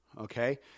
okay